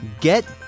get